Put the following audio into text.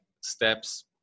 steps